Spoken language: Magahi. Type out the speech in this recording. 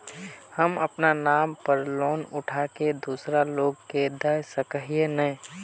हम अपना नाम पर लोन उठा के दूसरा लोग के दा सके है ने